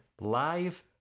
Live